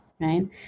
right